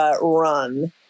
run